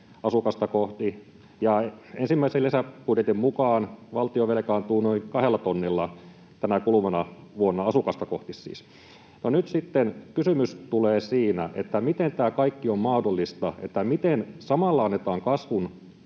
asukasta kohti ja ensimmäisen lisäbudjetin mukaan valtio velkaantuu noin kahdella tonnilla tänä kuluvana vuonna, asukasta kohti siis. No nyt sitten tulee se kysymys, miten tämä kaikki on mahdollista, miten samalla annetaan kasvun